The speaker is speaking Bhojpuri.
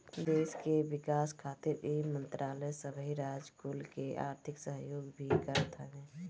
देस के विकास खातिर इ मंत्रालय सबही राज कुल के आर्थिक सहयोग भी करत हवे